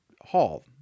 hall